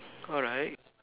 alright